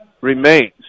remains